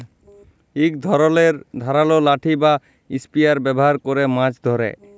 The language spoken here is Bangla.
ইক ধরলের ধারালো লাঠি বা ইসপিয়ার ব্যাভার ক্যরে মাছ ধ্যরে